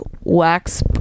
wax